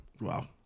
Wow